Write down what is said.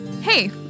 Hey